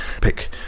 Pick